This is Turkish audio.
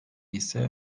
ise